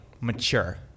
mature